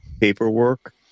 paperwork